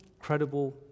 credible